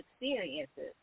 experiences